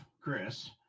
Chris